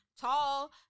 tall